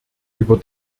über